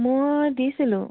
মই দিছিলোঁ